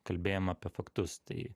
kalbėjimą apie faktus tai